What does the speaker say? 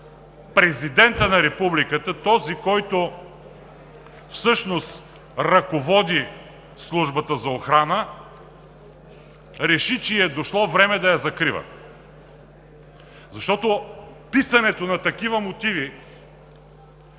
Президентът на Републиката, този, който всъщност ръководи Службата за охрана, реши, че ѝ е дошло време да я закрива. Защото писането на такива мотиви,